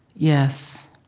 yes,